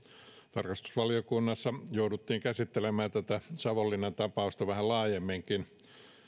tarkastusvaliokunnassa jouduttiin käsittelemään tätä savonlinnan tapausta vähän laajemminkin